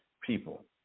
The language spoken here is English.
people